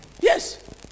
Yes